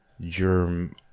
germ